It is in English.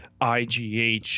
IGH